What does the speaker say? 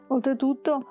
Oltretutto